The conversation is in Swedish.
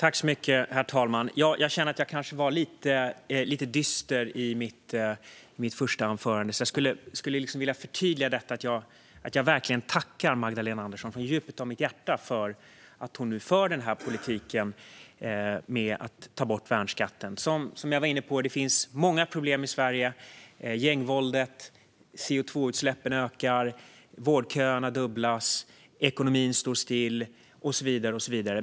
Herr talman! Jag känner att jag kanske var lite dyster i mitt första inlägg och skulle därför vilja förtydliga att jag verkligen vill tacka Magdalena Andersson från djupet av mitt hjärta för att hon nu för den här politiken och tar bort värnskatten. Som jag var inne på finns det många problem i Sverige: gängvåldet, ökande CO2-utsläpp, fördubblade vårdköer, stillastående ekonomi och så vidare.